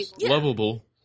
lovable